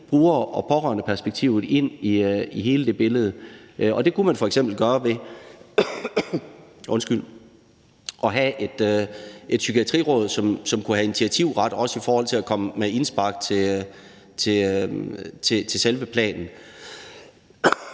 bruger- og pårørendeperspektivet ind i hele det billede. Det kunne man f.eks. gøre ved at have et psykiatriråd, som kunne have initiativret, også i forhold til at komme med indspark til selve planen.